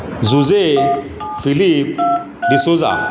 Jose Philip D'Souza